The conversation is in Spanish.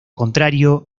contrario